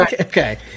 okay